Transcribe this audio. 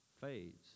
fades